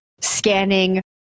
scanning